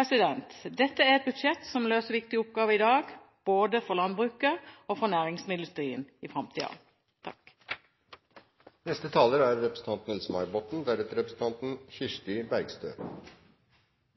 Dette er et budsjett som løser viktige oppgaver i dag og i framtida, både for landbruket og for næringsmiddelindustrien. Representanten Frank Bakke-Jensen tok opp den krevende situasjonen i